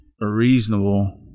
reasonable